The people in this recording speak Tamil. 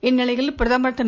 இந்நிலையில் பிரதமர் திரு